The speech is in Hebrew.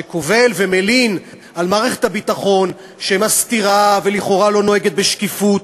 שקובל ומלין על מערכת הביטחון שהיא מסתירה ולכאורה לא נוהגת בשקיפות,